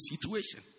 situation